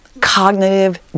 cognitive